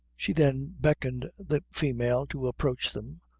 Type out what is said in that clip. she then beckoned the female to approach them,